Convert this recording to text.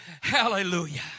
Hallelujah